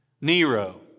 Nero